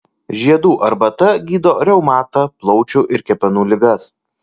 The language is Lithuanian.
žiedų arbata gydo reumatą plaučių ir kepenų ligas